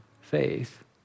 faith